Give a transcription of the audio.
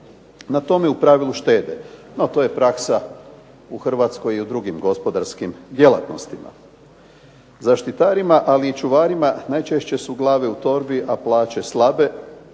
na tome u pravilu štete. No, to je praksa u Hrvatskoj i u drugim gospodarskim djelatnostima. Zaštitarima ali i čuvarima najčešće su glave u torbi a plaće slabe,